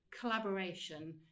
collaboration